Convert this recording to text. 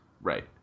Right